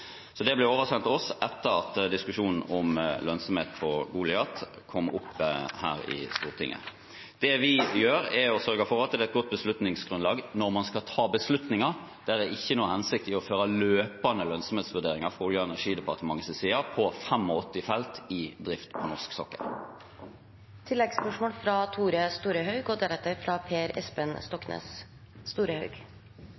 Det ble oversendt til oss etter at diskusjonen om lønnsomhet på Goliat kom opp her i Stortinget. Det vi gjør, er å sørge for at det er et godt beslutningsgrunnlag når man skal ta beslutninger. Det har fra Olje- og energidepartementets side ikke noen hensikt å føre løpende lønnsomhetsvurderinger på 85 felt i drift på norsk sokkel. Tore Storehaug